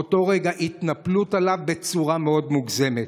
מאותו רגע, התנפלות עליו בצורה מאוד מוגזמת.